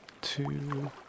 two